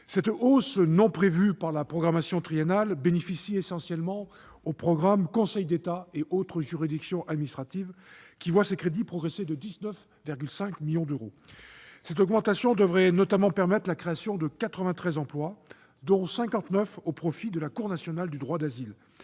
Cette hausse, non prévue par la programmation triennale, bénéficie essentiellement au programme « Conseil d'État et autres juridictions administratives », qui voit ses crédits progresser de 19,5 millions d'euros. Cette augmentation devrait notamment contribuer à la création de 93 emplois, dont 59 postes au profit de la Cour nationale du droit d'asile